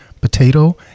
potato